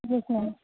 yes ma'am